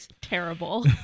terrible